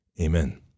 Amen